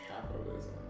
capitalism